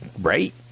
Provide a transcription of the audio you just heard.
right